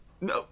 No